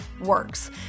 works